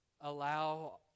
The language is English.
allow